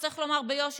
שצריך לומר ביושר,